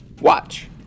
watch